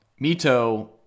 Mito